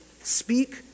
speak